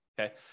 okay